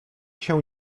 się